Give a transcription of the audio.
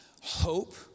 hope